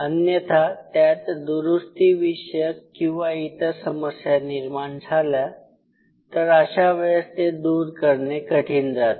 अन्यथा त्यात दुरुस्ती विषयक किंवा इतर समस्या निर्माण झाल्या तर अशा वेळेस ते दूर करणे कठीण जाते